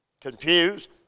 confused